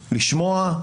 לשמוע,